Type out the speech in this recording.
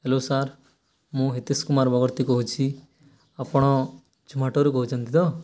hello sir ମୁଁ ହିତେଶ୍ କୁମାର ଭବର୍ତ୍ତୀ କହୁଛି ଆପଣ ଜୋମାଟୋରୁ କହୁଛନ୍ତି ତ